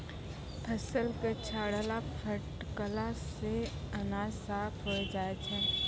फसल क छाड़ला फटकला सें अनाज साफ होय जाय छै